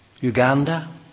Uganda